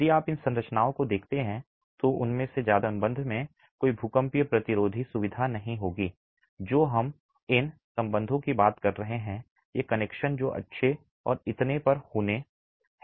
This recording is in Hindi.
यदि आप इन संरचनाओं को देखते हैं तो उनमें से ज्यादातर के संबंध में कोई भूकंपीय प्रतिरोधी सुविधा नहीं होगी जो हम इन संबंधों की बात कर रहे हैं ये कनेक्शन जो अच्छे और इतने पर होने हैं